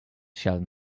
sheldon